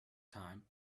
time